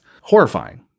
Horrifying